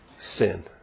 Sin